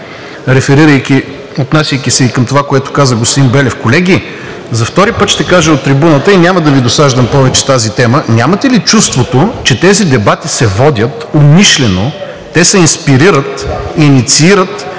отнасяйки се и към това, което каза господин Белев. Колеги, за втори път ще кажа от трибуната и няма да Ви досаждам повече с тази тема. Нямате ли чувството, че тези дебати се водят умишлено – те се инспирират, инициират